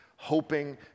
hoping